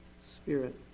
spirit